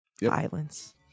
Violence